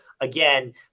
again